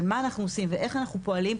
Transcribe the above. על מה אנחנו עושים ואיך אנחנו פועלים,